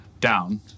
Down